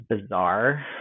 bizarre